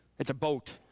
it's a boat,